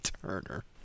turner